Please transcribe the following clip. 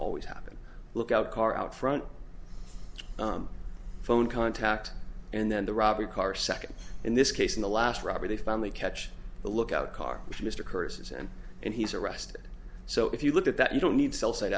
always happen lookout car out front phone contact and then the robbery car second in this case in the last robbery they finally catch the lookout car which mr curses and and he's arrested so if you look at that you don't need cell si